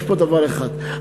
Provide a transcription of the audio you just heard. יש פה דבר אחד,